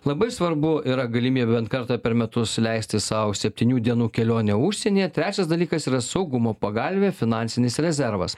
labai svarbu yra galimybė bent kartą per metus leisti sau septynių dienų kelionę užsienyje trečias dalykas yra saugumo pagalvė finansinis rezervas